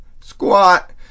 squat